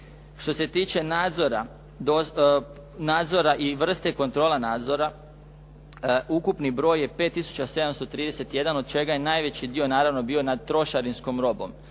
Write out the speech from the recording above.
Što se tiče nadzora i vrste kontrola nadzora, ukupni broj je 5731, od čega je najveći dio, naravno bio nad trošarinskom robom.